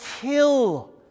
kill